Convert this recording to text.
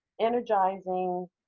energizing